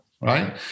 right